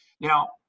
Now